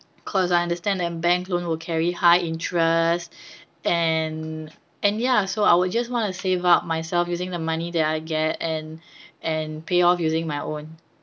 cause I understand that bank loan will carry high interest and and ya so I would just want to save up myself using the money that I get and and pay off using my own